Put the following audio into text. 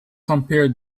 compare